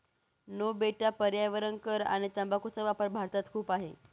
no बेटा पर्यावरण कर आणि तंबाखूचा वापर भारतात खूप आहे